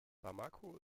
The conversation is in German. bamako